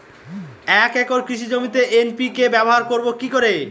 এক একর কৃষি জমিতে এন.পি.কে ব্যবহার করব কি করে?